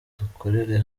dukorere